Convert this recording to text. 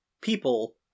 people